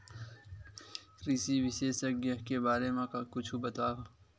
कृषि विशेषज्ञ के बारे मा कुछु बतावव?